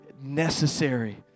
necessary